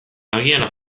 agian